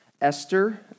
Esther